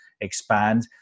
expand